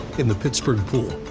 in the pittsburgh pool,